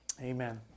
Amen